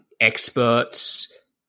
experts